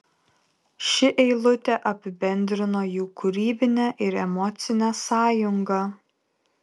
ši eilutė apibendrino jų kūrybinę ir emocinę sąjungą